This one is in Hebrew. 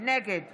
נגד